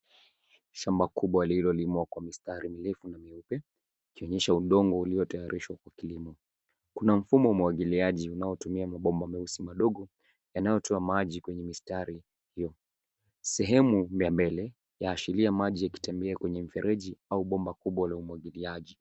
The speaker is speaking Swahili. Shamba kubwa lililolimwa kwa mistari mirefu na myeupe ikionyesha udongo uliotayarishwa kwa kilimo. Kuna mfumo wa umwagiliaji unaotumia mabomba meusi madogo yanayotoa maji kwenye mistari hiyo. Sehemu ya mbele yaashiria maji yakitembea kwenye mfereji au bomba kubwa la umwagiliaji.